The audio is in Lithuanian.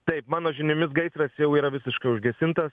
taip mano žiniomis gaisras jau yra visiškai užgesintas